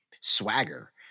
swagger